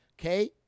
Okay